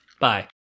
Bye